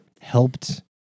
helped